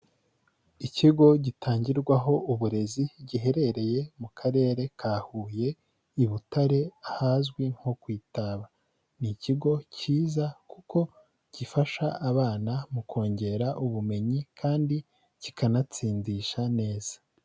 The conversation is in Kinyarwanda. Ikigo gitangirwaho uburezi, giherereye mu karere ka Huye i Butare hazwi nko ku Itaba. Ni ikigo cyiza kuko gifasha abana mu kongera ubumenyi kandi kikanatsindisha neza.